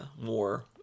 more